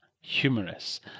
humorous